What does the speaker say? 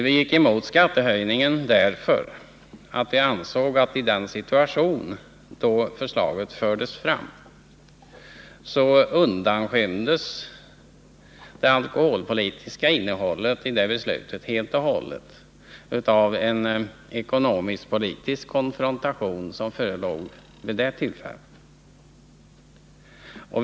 Vi gick emot skattehöjningen därför att vi ansåg att i den situation då förslaget fördes fram det alkoholpolitiska innehållet i beslutet helt och hållet undanskymdes av en ekonomisk-politisk konfrontation, som vid det tillfället förelåg.